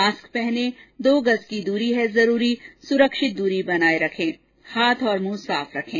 mask पहनें दो गज़ की दूरी है जरूरी सुरक्षित दूरी बनाए रखें हाथ और मुंह साफ रखें